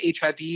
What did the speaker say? HIV